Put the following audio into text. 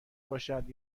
باشد